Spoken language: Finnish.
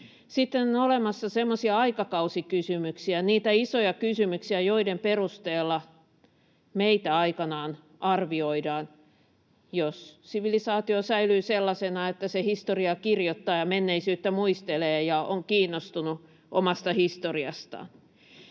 Sitten on olemassa semmoisia aikakausikysymyksiä, niitä isoja kysymyksiä, joiden perusteella meitä aikanaan arvioidaan, jos sivilisaatio säilyy sellaisena, että se historiaa kirjoittaa ja menneisyyttä muistelee ja on kiinnostunut omasta historiastaan.